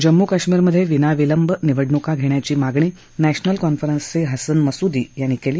जम्मू कश्मिरमधे विनाविलंब निवडणूका घेण्याची मागणी नॅशनल कॉन्फरन्स चे हसन मसुदी यांनी केली